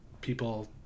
people